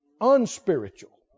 unspiritual